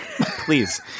Please